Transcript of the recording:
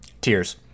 Tears